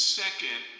second